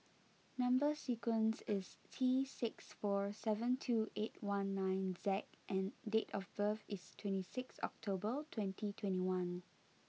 number sequence is T six four seven two eight one nine Z and date of birth is twenty six October twenty twenty one